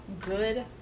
good